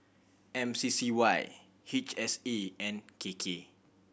M C C Y H S E and K K